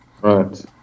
Right